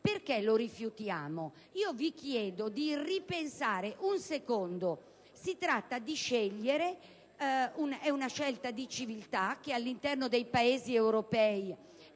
perché lo rifiutiamo? Io vi chiedo di ripensare un attimo: si tratta di scegliere ed è una scelta di civiltà che all'interno dei Paesi europei